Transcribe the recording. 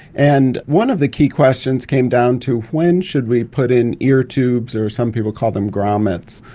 and one of the key questions came down to when should we put in ear tubes, or some people call them grommets,